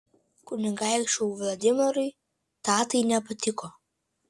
kunigaikščiui vladimirui tatai nepatiko